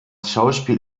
schauspiel